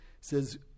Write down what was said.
says